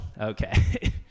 Okay